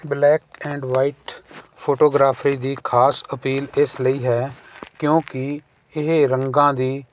black and white photography ਦੀ ਖ਼ਾਸ appeal ਇਸ ਲਈ ਹੈ ਕਿਉਂਕਿ ਇਹ ਰੰਗਾਂ ਦੀ